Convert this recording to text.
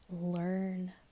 learn